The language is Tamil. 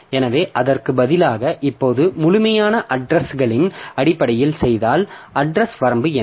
எனவே அதற்கு பதிலாக இப்போது முழுமையான அட்ரஸ்களின் அடிப்படையில் செய்தால் அட்ரஸ் வரம்பு என்ன